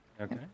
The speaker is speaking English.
Okay